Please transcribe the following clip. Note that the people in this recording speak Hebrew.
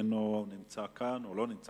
הוא לא נמצא כאן.